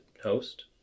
host